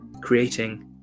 creating